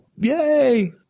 Yay